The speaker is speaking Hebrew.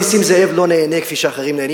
נסים זאב לא נהנה כפי שאחרים נהנים,